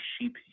sheep